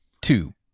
two